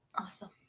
Awesome